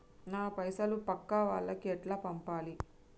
నా పైసలు పక్కా వాళ్లకి ఎట్లా పంపాలి?